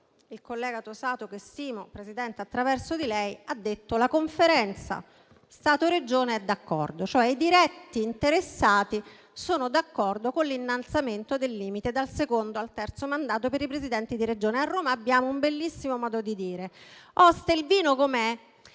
il collega Tosato che stimo, Presidente, attraverso di lei, ha detto che la Conferenza Stato-Regioni è d'accordo, cioè che i diretti interessati sono d'accordo con l'innalzamento del limite dal secondo al terzo mandato per i Presidenti di Regione. A Roma abbiamo un bellissimo modo di dire: «Oste, il vino com'è?».